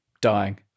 dying